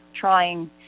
trying